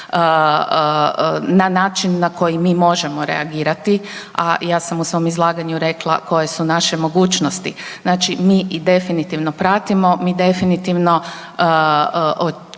na način na koji mi možemo reagirati, a ja sam u svom izlaganju rekla koje su naše mogućnosti. Znači mi definitivno pratimo, mi definitivno